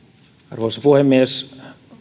arvoisa puhemies